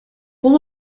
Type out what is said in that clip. бул